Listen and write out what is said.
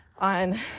on